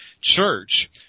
church